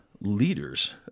leaders